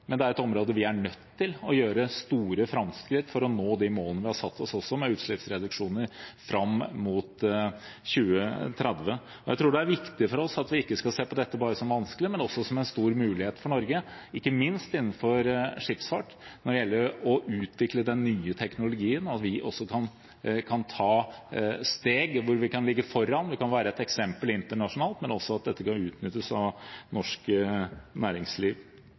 men det er et område hvor vi er nødt til å gjøre store framskritt for å nå de målene vi har satt oss, med utslippsreduksjoner fram mot 2030. Jeg tror det er viktig at vi ikke skal se på dette bare som vanskelig, men også som en stor mulighet for Norge, ikke minst innenfor skipsfart, når det gjelder å utvikle den nye teknologien, at vi også kan ta steg for å ligge foran og være et eksempel internasjonalt, men at dette også kan utnyttes av norsk næringsliv.